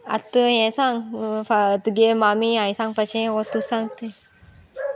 आतां हें सांग तुगे मामी हांवें सांगपाचें वो तूं सांग तें